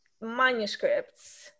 manuscripts